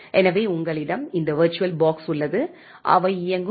எனவே உங்களிடம் இந்த விர்ச்சுவல் பாக்ஸ் உள்ளது அவை இயங்கும் பல வி